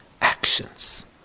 actions